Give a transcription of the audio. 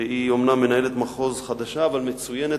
שהיא אומנם מנהלת מחוז חדשה אבל מצוינת,